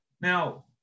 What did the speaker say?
Now